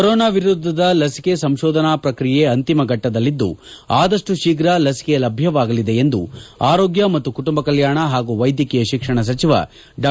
corona ವಿರುದ್ದದ ಲಸಿಕೆ ಸಂಶೋಧನಾ ಪ್ರಕ್ರಿಯೆ ಅಂತಿಮಘಟ್ವದಲ್ಲಿದ್ದು ಆದಷ್ಟು ಶೀಘ್ರ ಲಸಿಕೆ ಲಭ್ಯವಾಗಲಿದೆ ಎಂದು ಆರೋಗ್ಯ ಮತ್ತು ಕುಟುಂಬ ಕಲ್ಯಾಣ ಹಾಗೂ ವೈದ್ಯಕೀಯ ಶಿಕ್ಷಣ ಸಚಿವ ಡಾ